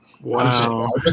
Wow